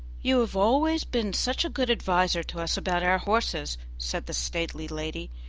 you have always been such a good adviser to us about our horses, said the stately lady,